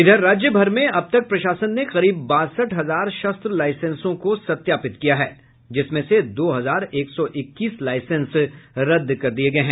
उधर राज्य भर में अब तक प्रशासन ने करीब बासठ हजार शस्त्र लाईसेंसों को सत्यापित किया है जिसमें से दो हजार एक सौ इक्कीस लाईसेंस को रद्द कर दिया गया है